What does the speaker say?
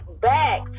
back